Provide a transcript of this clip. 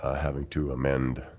ah having to amend